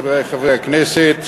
חברי חברי הכנסת,